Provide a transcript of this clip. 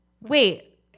wait